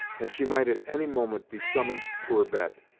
and she might at any moment be summoned to her bed.